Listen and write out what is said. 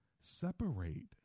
separate